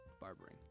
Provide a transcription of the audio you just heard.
barbering